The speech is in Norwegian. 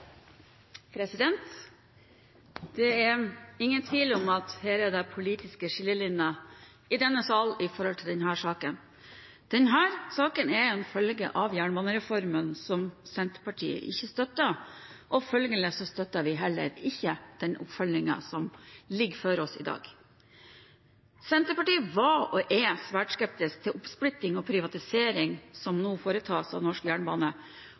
ingen tvil om at det er politiske skillelinjer i denne salen når det gjelder denne saken. Denne saken er en følge av jernbanereformen, som Senterpartiet ikke støttet, og følgelig støtter vi heller ikke oppfølgingen som foreligger i dag. Senterpartiet var, og er, svært skeptisk til den oppsplittingen og privatiseringen som nå foretas av norsk jernbane,